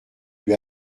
lui